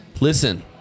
Listen